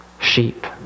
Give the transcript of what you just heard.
sheep